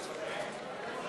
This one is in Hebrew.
נתקבל.